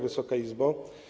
Wysoka Izbo!